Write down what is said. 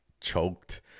choked